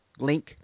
link